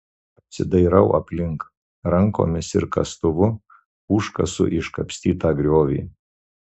apsidairau aplink rankomis ir kastuvu užkasu iškapstytą griovį